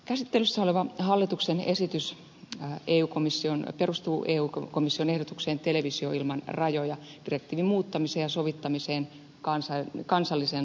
käsittelyssä oleva hallituksen esitys perustuu eu komission ehdotukseen televisio ilman rajoja direktiivin muuttamiseksi ja sovittamiseksi kansalliseen lainsäädäntöön